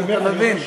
אתה מבין?